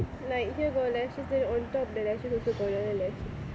like here got lashes then on top the lashes also got another lash